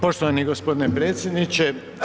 Poštovani gospodine predsjedniče.